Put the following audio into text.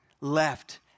left